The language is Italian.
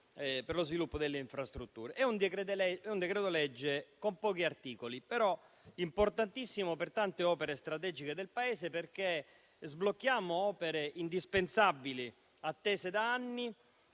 per lo sviluppo delle infrastrutture. Si tratta di un decreto-legge con pochi articoli, però importantissimo per tante opere strategiche del Paese, perché sblocchiamo opere indispensabili e attese da anni